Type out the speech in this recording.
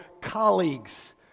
colleagues